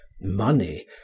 money